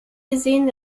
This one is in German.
gesehen